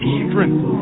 strength